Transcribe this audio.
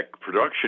production